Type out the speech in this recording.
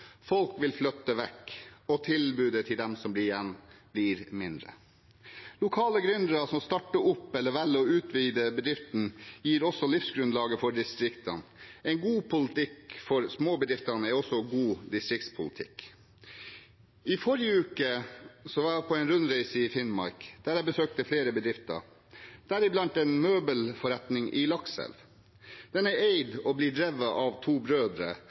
folk vil flytte vekk, og tilbudet til dem som blir igjen, blir mindre. Lokale gründere som starter opp, eller som velger å utvide bedriften, gir også livsgrunnlag for distriktene. En god politikk for småbedriftene er også god distriktspolitikk. I forrige uke var jeg på en rundreise i Finnmark, der jeg besøkte flere bedrifter, deriblant en møbelforretning i Lakselv. Den er eid og blir drevet at to brødre